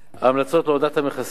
ההמלצות להורדת המכסים